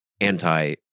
anti